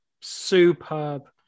superb